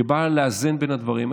שבא לאזן בין הדברים,